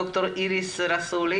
ד"ר איריס רסולי,